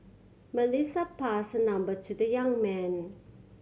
Melissa passed her number to the young man